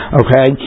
okay